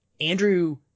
Andrew